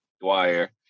Dwyer